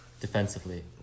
Defensively